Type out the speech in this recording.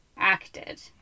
Acted